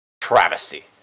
travesty